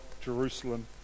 Jerusalem